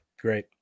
Great